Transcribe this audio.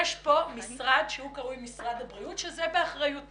יש כאן משרד שהוא נקרא משרד הבריאות שזה באחריותו.